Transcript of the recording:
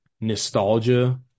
nostalgia